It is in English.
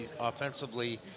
offensively